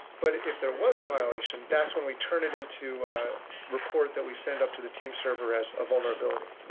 but if there was a violation, that's when we turn it into report that we send up to the team server as a vulnerability.